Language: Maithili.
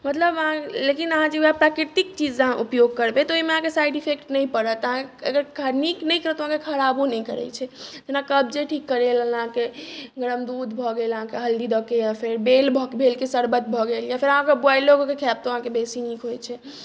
मतलब अहाँ लेकिन अहाँ जे वएह प्राकृतिक चीज अहाँ उपयोग करबै तऽ ओहिमे अहाँके साइड इफेक्ट नहि पड़त अहाँके अगर नीक नहि करत तऽ खराबो नहि करै छै जेना कब्जे ठीक करै लेल अहाँके गरम दूध भऽ गेल अहाँके हल्दी दऽ कऽ या फेर बेल भऽ गेल बेलके शरबत भऽ गेल या फेर अहाँ ब्वाइलो कऽ कऽ खाएब तऽ ओ अहाँके बेसी नीक होइ छै